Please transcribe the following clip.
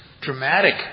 dramatic